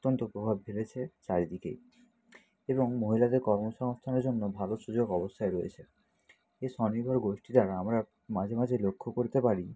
অত্যন্ত প্রভাব ফেলেছে চারিদিকে এবং মহিলাদের কর্মসংস্থানের জন্য ভালো সুযোগ অবস্থায় রয়েছে এ স্বনির্ভর গোষ্ঠী দ্বারা আমরা মাঝে মাঝে লক্ষ্য করতে পারি